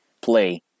play